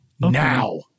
Now